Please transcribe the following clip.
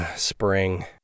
spring